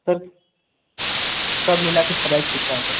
sir सब मिला के प्राइस कितना होगा